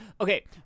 Okay